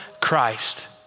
Christ